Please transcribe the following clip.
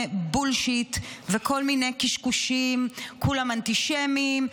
בולשיט וכל מיני קשקושים: כולם אנטישמים,